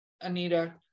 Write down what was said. anita